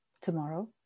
tomorrow